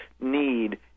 need